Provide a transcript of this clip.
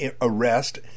arrest